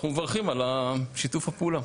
אנחנו מברכים על שיתוף הפעולה.